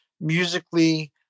musically